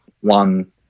one